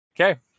Okay